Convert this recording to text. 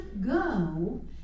go